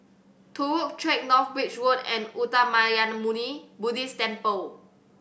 Turut Track North Bridge Road and Uttamayanmuni Buddhist Temple